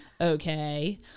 okay